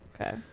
okay